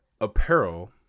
apparel